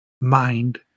mind